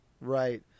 right